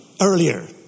earlier